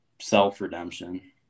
self-redemption